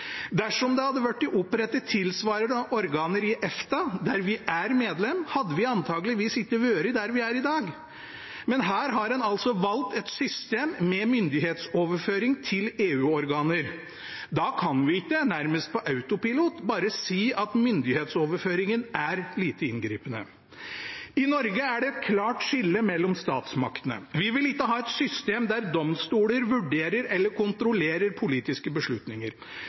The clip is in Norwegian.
Dersom det hadde blitt opprettet tilsvarende organer i EFTA, der vi er medlem, hadde vi antakeligvis ikke vært der vi er i dag. Men her har en altså valgt et system med myndighetsoverføring til EU-organer. Da kan vi ikke – nærmest på autopilot – bare si at myndighetsoverføringen er «lite inngripende». I Norge er det et klart skille mellom statsmaktene. Vi vil ikke ha et system der domstoler vurderer eller kontrollerer politiske beslutninger.